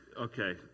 Okay